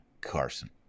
Carson